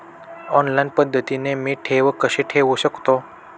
Online पद्धतीने मी ठेव कशी ठेवू शकतो?